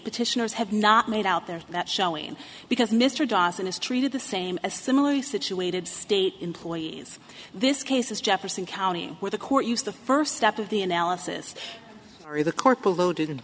petitioners have not made out there that showing because mr dawson is treated the same as similarly situated state employees this case is jefferson county where the court used the first step of the analysis or the co